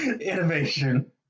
Innovation